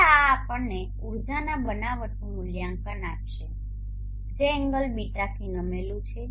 હવે આ આપણને ઉર્જાના બનાવટનું મૂલ્યાંકન આપશે જે એંગલ બીટાથી નમેલું છે